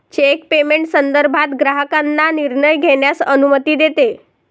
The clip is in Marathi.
चेक पेमेंट संदर्भात ग्राहकांना निर्णय घेण्यास अनुमती देते